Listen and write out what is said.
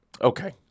okay